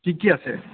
কি কি আছে